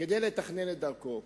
ולתכנן את דרכו.